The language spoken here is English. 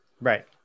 Right